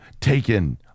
taken